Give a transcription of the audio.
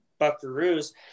buckaroos